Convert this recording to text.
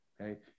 okay